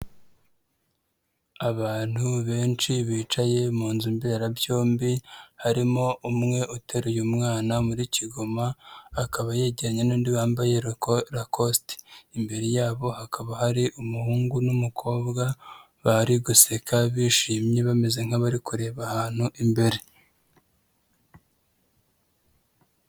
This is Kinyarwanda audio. Abantu benshi bicaye mu nzu mberabyombi, harimo umwe uteruye umwana muri kigoma, akaba yejyeranye n'undi wambaye lacositi. Imbere yabo hakaba hari umuhungu n'umukobwa bari guseka bishimye, bameze nk'abari kureba ahantu imbere.